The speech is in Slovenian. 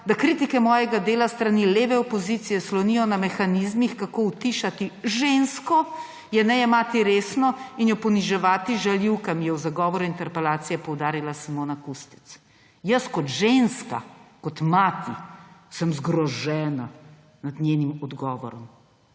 da kritike mojega dela s strani leve opozicije slonijo na mehanizmih, kako utišati žensko, je ne jemati resno in jo poniževati z žaljivkami.« To je v zagovoru interpelacije poudarila Simona Kustec. Jaz kot ženska, kot mati sem zgrožena nad njenim odgovorom,